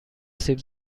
سیب